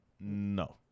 No